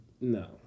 no